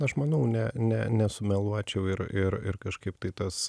aš manau ne ne nesumeluočiau ir ir ir kažkaip tai tas